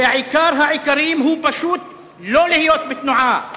ועיקר העיקרים הוא פשוט לא להיות בתנועה,